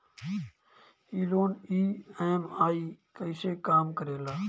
ई loan EMI कईसे काम करेला?